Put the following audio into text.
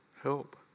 help